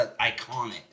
iconic